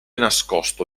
nascosto